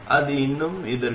எனவே இது எங்கள் உள்ளீடு